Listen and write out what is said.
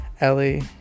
ellie